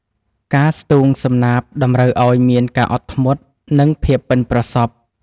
ការស្ទូងសំណាបតម្រូវឱ្យមានការអត់ធ្មត់ និងភាពប៉ិនប្រសប់។